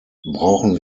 brauchen